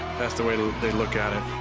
that's the way they they look at it.